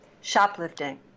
Shoplifting